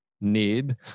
need